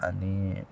आनी